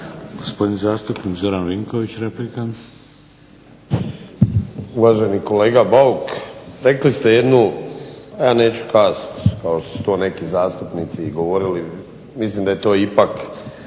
Gospodin zastupnik Zoran Vinković. Replika. **Vinković, Zoran (HDSSB)** Uvaženi kolega Bauk, rekli ste jednu neću kazati kao što što su to neki zastupnici i govorili. Mislim da je to ipak